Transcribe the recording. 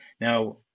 Now